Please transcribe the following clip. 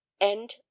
End